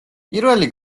პირველი